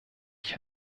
ich